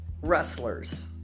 wrestlers